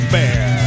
Bear